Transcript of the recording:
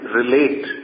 relate